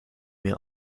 mir